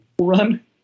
run